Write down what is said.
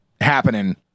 happening